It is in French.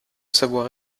savoir